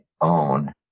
own